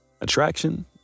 Attraction